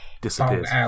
Disappears